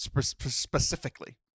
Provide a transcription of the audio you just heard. specifically